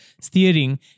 steering